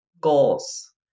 goals